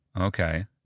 Okay